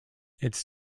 its